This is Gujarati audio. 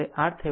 91 Ω છે